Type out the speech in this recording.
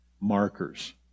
markers